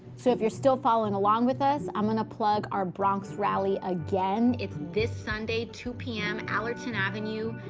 so if you're still following along with us, i'm gonna plug our bronx rally again. it's this sunday, two p m, allerton avenue.